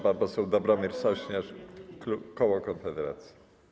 Pan poseł Dobromir Sośnierz, koło Konfederacja.